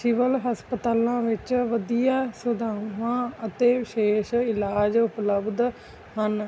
civil ਹਸਪਤਾਲਾਂ ਵਿੱਚ ਵਧੀਆ ਸਵਿਧਾਵਾਂ ਅਤੇ ਵਿਸ਼ੇਸ਼ ਇਲਾਜ ਉਪਲਬਧ ਹਨ